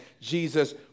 Jesus